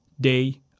day